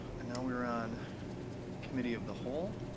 and now we're on committee of the whole.